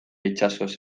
itsasoz